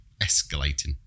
escalating